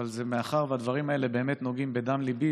אבל זה מאחר שהדברים האלה נוגעים בדם ליבי,